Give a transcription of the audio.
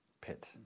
pit